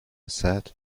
said